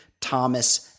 Thomas